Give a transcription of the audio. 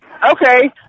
Okay